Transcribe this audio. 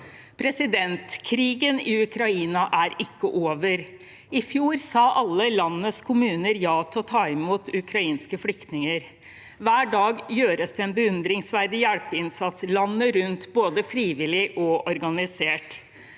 Krigen i Ukraina er ikke over. I fjor sa alle landets kommuner ja til å ta imot ukrainske flyktninger. Hver dag gjøres det en beundringsverdig hjelpeinnsats landet rundt, både frivillig og organisert.